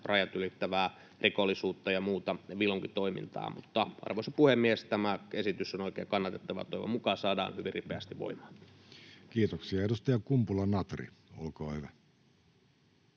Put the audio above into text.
rajat ylittävää rikollisuutta ja muuta vilunkitoimintaa. Arvoisa puhemies! Tämä esitys on oikein kannatettava, ja toivon mukaan se saadaan hyvin ripeästi voimaan. [Speech 8] Speaker: Jussi Halla-aho